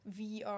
VR